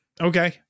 Okay